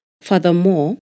Furthermore